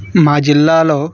మా జిల్లాలో